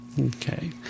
Okay